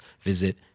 visit